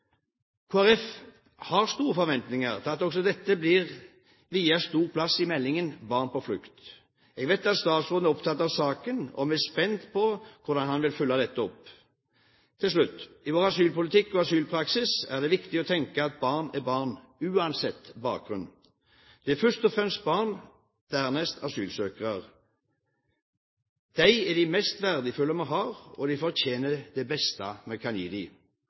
har store forventninger til at også dette blir viet stor plass i meldingen om barn på flukt. Jeg vet at statsråden er opptatt av saken, og vi er spent på hvordan han vil følge dette opp. Til slutt: I vår asylpolitikk og asylpraksis er det viktig å tenke at barn er barn, uansett bakgrunn. De er først og fremst barn, dernest asylsøkere. De er det mest verdifulle vi har, og de fortjener det beste vi kan gi